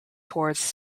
towards